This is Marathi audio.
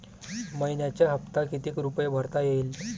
मइन्याचा हप्ता कितीक रुपये भरता येईल?